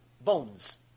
bones